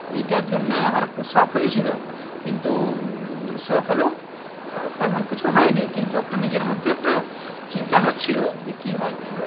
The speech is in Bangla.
এইটার জন্যে আমার একটু শখ হয়েছিলো কিন্তু শখ হলেও তেমন কিছু হয়নি কিন্তু একটা নিজের মধ্যে একটা চিন্তা হচ্ছিলো যে কী হয় কী হয়